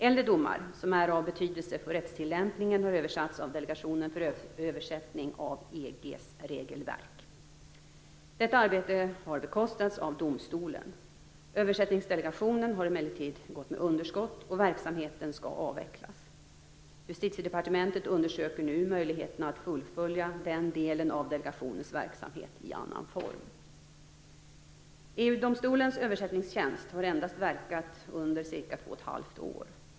Äldre domar som är av betydelse för rättstillämpningen har översatts av Delegationen för översättning av EG:s regelverk. Detta arbete har bekostats av domstolen. Översättningsdelegationen har emellertid gått med underskott, och verksamheten skall avvecklas. Justitiedepartementet undersöker nu möjligheterna att fullfölja den delen av delegationens verksamhet i annan form. EG-domstolens översättningstjänst har endast verkat under ca 2,5 år.